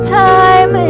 time